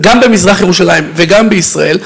גם במזרח-ירושלים וגם בישראל,